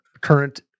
current